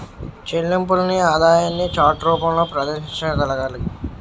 చెల్లింపుల్ని ఆదాయాన్ని చార్ట్ రూపంలో ప్రదర్శించగలగాలి